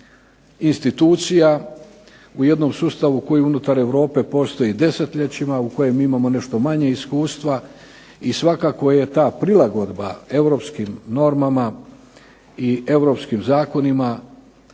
institucija u jednom sustavu koji unutar Europe postoji desetljećima u kojem mi imamo nešto manje iskustva i svakako je ta prilagodba europskim normama i europskim zakonima